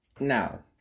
Now